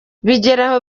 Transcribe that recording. bigeraho